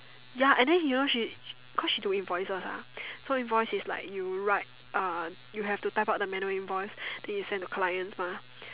ya and then he know she cause she do invoices ah so invoice is like you write uh you have to type out the manual invoice then you send to client mah